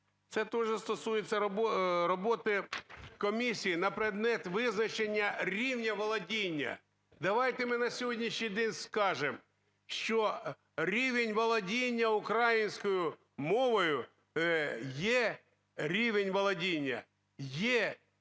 це тоже стосується роботи комісії на предмет визначення рівня володіння. Давайте ми на сьогоднішній день скажемо, що рівень володіння українською мовою є, рівень володіння